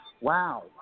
wow